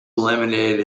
limited